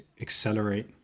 accelerate